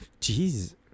Jeez